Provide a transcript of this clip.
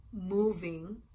moving